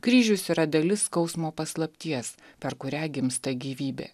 kryžius yra dalis skausmo paslapties per kurią gimsta gyvybė